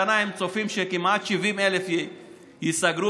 השנה הם צופים שכמעט 70,000 ייסגרו,